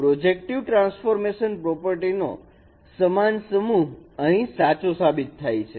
projective transformation properties નો સમાન સમૂહ અહીં સાચો સાબિત થાય છે